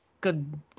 good